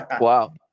Wow